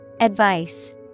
Advice